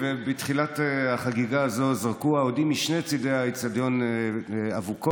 בתחילת החגיגה הזאת זרקו האוהדים משני צידי האצטדיון אבוקות.